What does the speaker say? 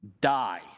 die